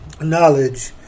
knowledge